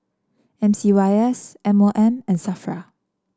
M C Y S M O M and Safra